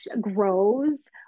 grows